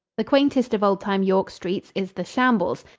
the quaintest of old-time york streets is the shambles,